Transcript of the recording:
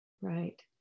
right